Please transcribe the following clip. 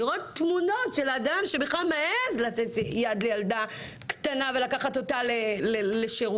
לראות תמונות של אדם שבכלל מעז לתת יד לילדה קטנה ולקחת אותה לשירותים.